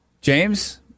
James